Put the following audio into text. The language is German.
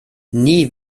nie